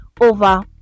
over